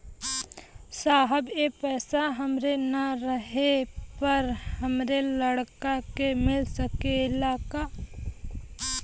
साहब ए पैसा हमरे ना रहले पर हमरे लड़का के मिल सकेला का?